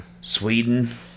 Sweden